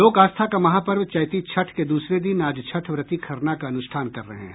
लोक आस्था का महापर्व चैती छठ के दूसरे दिन आज छठव्रती खरना का अनुष्ठान कर रहे हैं